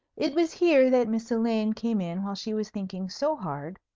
it was here that miss elaine came in while she was thinking so hard,